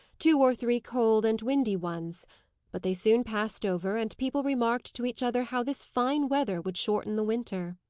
two or three cold and windy ones but they soon passed over and people remarked to each other how this fine weather would shorten the winter.